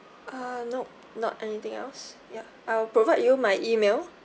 uh nope not anything else ya I'll provide you my email